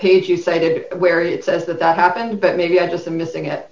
page you cited where it says that that happened but maybe i just i'm missing